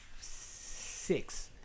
six